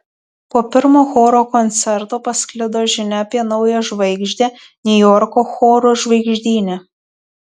po pirmo choro koncerto pasklido žinia apie naują žvaigždę niujorko chorų žvaigždyne